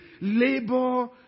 Labor